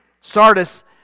Sardis